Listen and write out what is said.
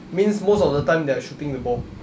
means most of the time they are shooting the ball